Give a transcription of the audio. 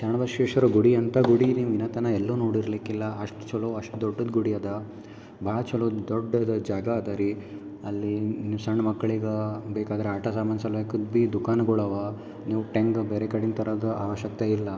ಶರಣು ಬಸವೇಶ್ವರ ಗುಡಿ ಅಂತ ಗುಡಿರಿ ಇಲ್ಲಿತನ ಎಲ್ಲೂ ನೋಡಿರ್ಲಿಕ್ಕಿಲ್ಲ ಅಷ್ಟು ಚಲೋ ಅಷ್ಟು ದೊಡ್ಡದ ಗುಡಿ ಅದಾ ಭಾಳ ಚಲೋ ದೊಡ್ಡದ ಜಾಗ ಅದಾರೀ ಅಲ್ಲಿ ನೀವು ಸಣ್ಣ ಮಕ್ಳಿಗೆ ಬೇಕಾದ್ರೆ ಆಟ ಸಾಮಾನ್ಸ್ ಅಲ್ಲಾ ಕುದ್ಬಿ ದುಖಾನ್ಗಳವ ನೀವು ಟೆಂಗ್ ಬೇರೆ ಕಡಿನ್ದ ತರೋದು ಆವಶ್ಯಕತೆ ಇಲ್ಲ